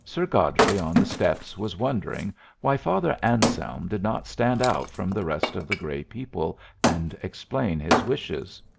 sir godfrey on the steps was wondering why father anselm did not stand out from the rest of the gray people and explain his wishes.